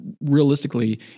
realistically